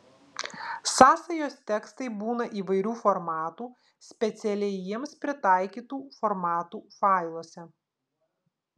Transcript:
sąsajos tekstai būna įvairių formatų specialiai jiems pritaikytų formatų failuose